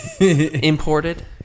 imported